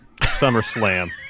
SummerSlam